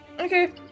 Okay